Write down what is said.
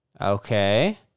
Okay